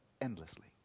endlessly